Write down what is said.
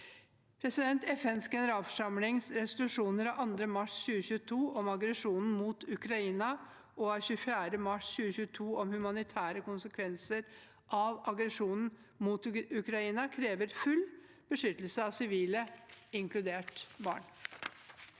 familier. FNs generalforsamlings resolusjoner av 2. mars 2022, om aggresjonen mot Ukraina, og av 24. mars 2022, om humanitære konsekvenser av aggresjonen mot Ukraina, krever full beskyttelse av sivile, inkludert barn.